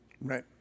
Right